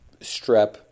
strep